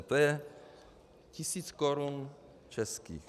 To je tisíc korun českých.